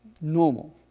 normal